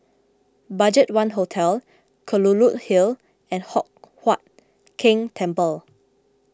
Budgetone Hotel Kelulut Hill and Hock Huat Keng Temple